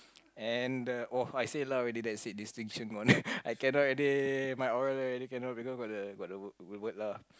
and the oh I said lah already that's it distinction on it I cannot already my oral really cannot because got the got the reward lah